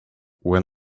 when